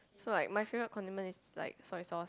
so like my favourite condiment is like soy sauce